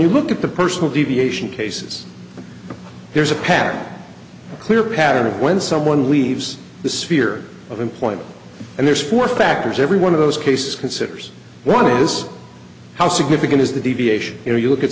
you look at the personal deviation cases there's a pattern a clear pattern when someone leaves the sphere of employment and there's four factors every one of those cases considers one of those how significant is the deviation you know you look at